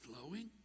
flowing